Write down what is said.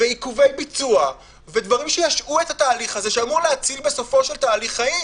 ועיכובי ביצוע ודברים שישהו את התהליך שאמור להציל בסופו של דבר חיים.